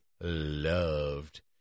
loved